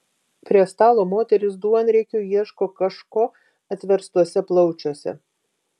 prie stalo moterys duonriekiu ieško kažko atverstuose plaučiuose